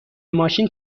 ماشین